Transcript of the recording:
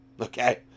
okay